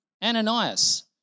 Ananias